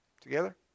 Together